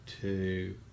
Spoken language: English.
two